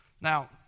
Now